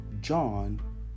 john